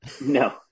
No